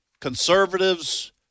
conservatives